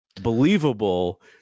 believable